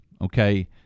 okay